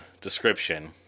description